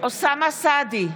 אוסאמה סעדי,